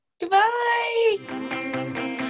Goodbye